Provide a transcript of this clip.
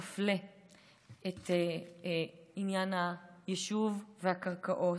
שמפלה את עניין היישוב והקרקעות.